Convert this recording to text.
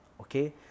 Okay